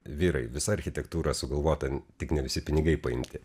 vyrai visa architektūra sugalvota tik ne visi pinigai paimti